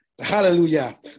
Hallelujah